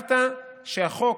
כתבת שהחוק,